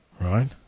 right